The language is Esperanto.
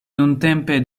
nuntempe